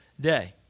day